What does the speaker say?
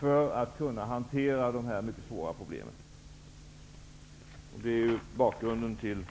För att kunna hantera dessa mycket svåra problem måste vi sätta pris på miljön och aktivt använda ekonomiska styrmedel.